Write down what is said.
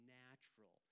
natural